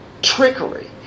Trickery